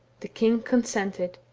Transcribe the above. the king consented.